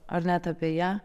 ar net apie ją